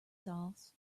sauce